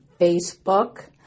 facebook